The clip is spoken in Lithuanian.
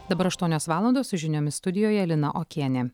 dabar aštuonios valandos su žiniomis studijoje lina okienė